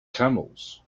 camels